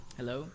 Hello